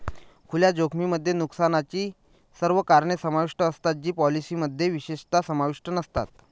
खुल्या जोखमीमध्ये नुकसानाची सर्व कारणे समाविष्ट असतात जी पॉलिसीमध्ये विशेषतः समाविष्ट नसतात